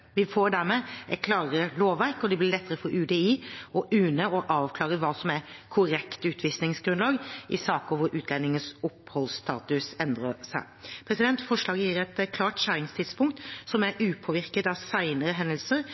Vi får dermed et klarere lovverk, og det blir lettere for UDI og UNE å avklare hva som er korrekt utvisningsgrunnlag i saker der utlendingens oppholdsstatus endrer seg. Forslaget gir et klart skjæringstidspunkt som er upåvirket av senere hendelser